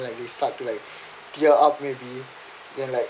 like they start to like tear up maybe and like